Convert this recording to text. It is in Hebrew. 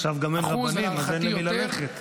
עכשיו גם אין רבנים אז אין למי ללכת.